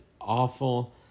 awful